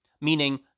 meaning